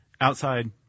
Outside